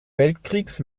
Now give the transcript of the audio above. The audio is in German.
weltkriegs